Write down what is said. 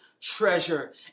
treasure